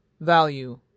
value